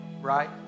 right